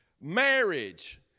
marriage